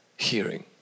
hearing